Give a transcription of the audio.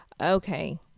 Okay